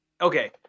Okay